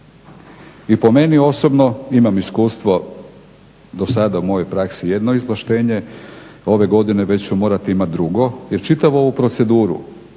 I po meni osobno, imam iskustvo do sada u mojoj praksi jedno izvlaštenje, ove godine već ću morati imati drugo jer čitavu ovu proceduru